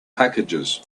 packages